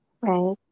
Right